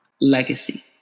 legacy